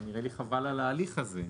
נראה לי חבל על ההליך הזה.